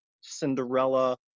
Cinderella